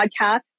podcast